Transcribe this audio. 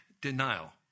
denial